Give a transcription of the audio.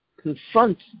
confronts